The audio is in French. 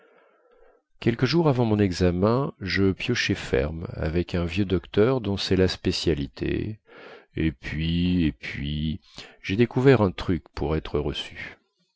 quelques jours avant mon examen je piochais ferme avec un vieux docteur dont cest la spécialité et puis et puis javais découvert un truc pour être reçu